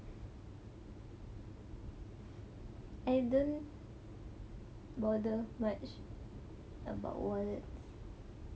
then don't bother much about wallets